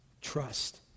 trust